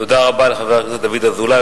תודה רבה לחבר הכנסת דוד אזולאי,